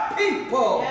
people